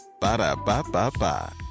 Ba-da-ba-ba-ba